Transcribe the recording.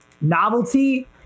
novelty